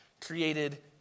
created